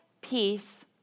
peace